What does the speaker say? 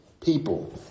people